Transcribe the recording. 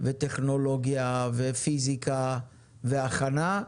טכנולוגיה ופיזיקה והכנה,